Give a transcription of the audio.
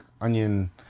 onion